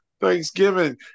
Thanksgiving